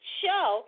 show